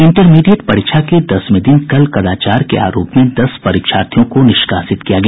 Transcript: intermediate परीक्षा के दसवें दिन कल कदाचार के आरोप में दस परीक्षार्थियों को निष्कासित किया गया